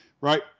Right